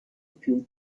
più